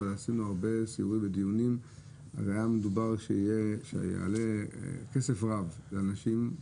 עשינו הרבה סיבובים ודיונים והיה מדובר שיעלה כסף רב לאנשים,